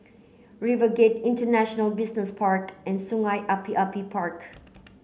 RiverGate International Business Park and Sungei Api Api Park